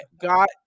got